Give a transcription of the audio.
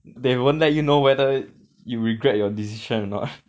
they won't let you know whether you regret your decision or not